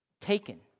taken